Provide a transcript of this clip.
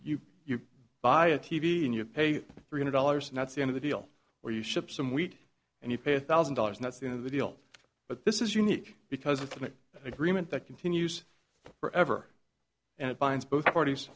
you buy a t v in your pay three hundred dollars and that's the end of the deal where you ship some weed and you pay a thousand dollars and that's the end of the deal but this is unique because it's an agreement that continues forever and it binds both parties